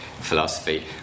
philosophy